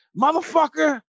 Motherfucker